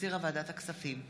שהחזירה ועדת הכספים,